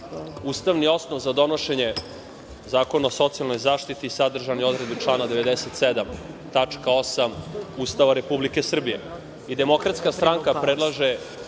ustavni osnov za donošenje Zakona o socijalnoj zaštiti sadržan je u odredbi člana 97. tačka 8) Ustava Republike Srbije.